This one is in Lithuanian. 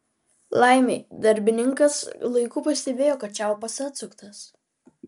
laimei darbininkas laiku pastebėjo kad čiaupas atsuktas